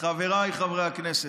חבריי חברי הכנסת,